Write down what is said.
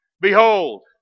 Behold